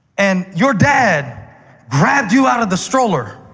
and your dad grabbed you out of the stroller,